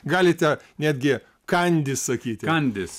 galite netgi kandys sakyti kandys